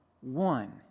one